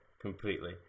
completely